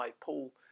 Paul